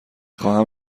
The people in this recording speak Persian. خواهم